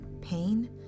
pain